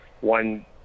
one